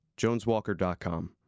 joneswalker.com